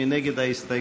מי נגד ההסתייגות?